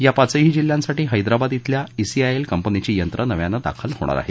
या पाचही जिल्ह्यांसाठी हैदराबाद शिल्या ईसीआयएल कंपनीची यंत्रं नव्यानं दाखल होणार आहेत